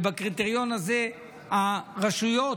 ובקריטריון הזה הרשויות,